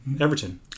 Everton